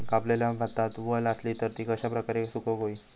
कापलेल्या भातात वल आसली तर ती कश्या प्रकारे सुकौक होई?